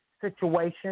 situation